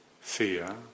fear